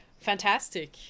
fantastic